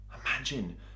Imagine